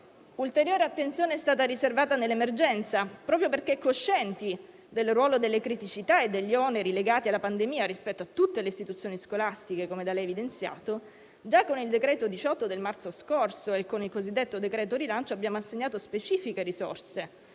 Ulteriore attenzione è stata riservata nell'emergenza. Proprio perché coscienti del ruolo delle criticità e degli oneri legati alla pandemia rispetto a tutte le istituzioni scolastiche, come da lei evidenziato, già con il decreto-legge n. 18 del marzo scorso e con il cosiddetto decreto-legge rilancio abbiamo assegnato specifiche risorse